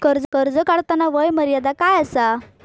कर्ज काढताना वय मर्यादा काय आसा?